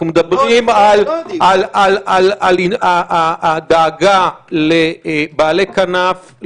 אנחנו מדברים על הדאגה לבעלי כנף,